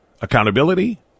accountability